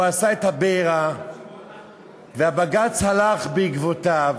הוא עשה את הבעירה, והבג"ץ הלך בעקבותיו